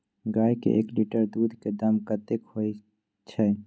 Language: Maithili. गाय के एक लीटर दूध के दाम कतेक होय छै?